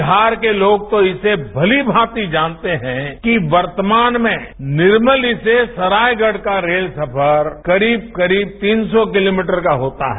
बिहार के लोग तो इसे भलीभांति जानते हैं कि वर्तमान में निर्मली से सरायगढ का रेल का सफर करीब करीब तीन सौ किलोमीटर का होता है